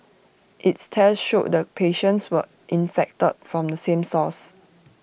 its tests showed the patients were infected from the same source